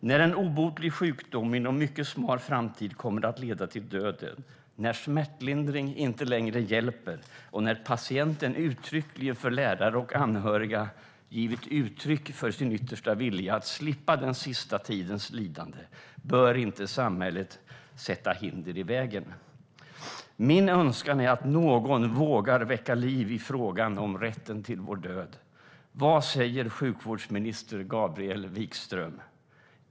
- När en obotlig sjukdom inom mycket snar framtid kommer att leda till döden, när smärtlindring inte längre hjälper och när patienten uttryckligen för läkare och anhöriga givit uttryck för sin vilja att slippa den sista tidens lidande bör inte samhället sätta hinder i vägen. Min önskan är att någon vågar väcka liv i frågan om rätten till vår död. Vad säger sjukvårdsminister Gabriel Wikström?